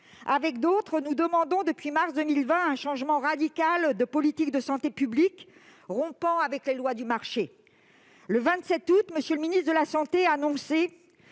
Avec d'autres, nous demandons depuis mars 2020 un changement radical de politique de santé publique, rompant avec la loi de marché. Le 27 août dernier, M. le ministre de la santé annonçait